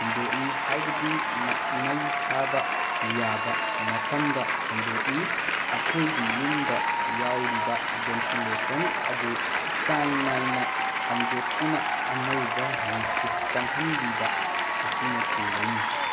ꯍꯨꯟꯗꯣꯛꯏ ꯍꯥꯏꯕꯗꯤ ꯃꯩ ꯊꯥꯕ ꯌꯥꯕ ꯃꯐꯝꯗ ꯍꯨꯟꯗꯣꯛꯏ ꯑꯩꯈꯣꯏꯒꯤ ꯌꯨꯝꯗ ꯌꯥꯎꯔꯤꯕ ꯕꯦꯟꯇꯤꯂꯦꯁꯟ ꯑꯗꯨ ꯆꯥꯡꯅꯥꯏꯅ ꯍꯥꯡꯗꯣꯛꯇꯨꯅ ꯑꯅꯧꯕ ꯅꯨꯡꯁꯤꯠ ꯆꯪꯍꯟꯕꯤꯕ ꯑꯁꯤꯅ ꯆꯤꯡꯕꯅꯤ